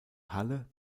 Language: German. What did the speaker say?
halle